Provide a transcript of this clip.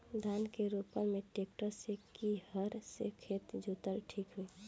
धान के रोपन मे ट्रेक्टर से की हल से खेत जोतल ठीक होई?